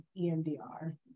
EMDR